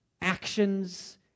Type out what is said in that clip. Actions